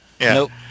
Nope